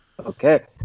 Okay